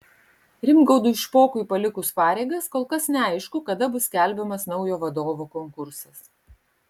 rimgaudui špokui palikus pareigas kol kas neaišku kada bus skelbiamas naujo vadovo konkursas